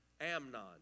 Amnon